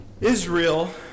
Israel